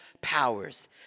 powers